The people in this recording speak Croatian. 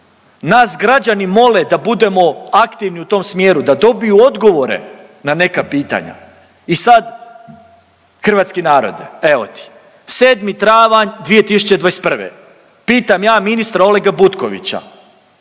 Nas građani mole da budemo aktivni u tom smjeru, da dobiju odgovore na neka pitanja i sad hrvatski narode evo ti, 7. travanj 2021. pitam ja ministra Olega Butkovića